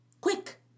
Quick